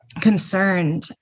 concerned